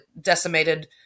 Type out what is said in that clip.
decimated